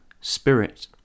Spirit